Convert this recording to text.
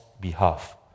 behalf